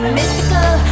Mystical